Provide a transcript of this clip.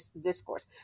discourse